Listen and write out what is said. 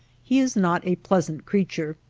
he is not a pleasant creature,